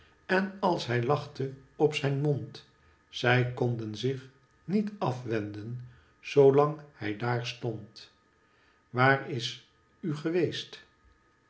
en als hij lachte op zijn mond zij konden zich niet afwenden zoo lang hij daar stond waar is u geweest